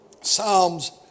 Psalms